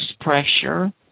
pressure